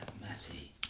Matty